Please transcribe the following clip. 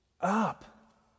up